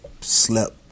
slept